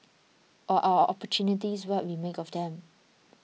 or are opportunities what we make of them